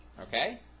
okay